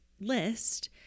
list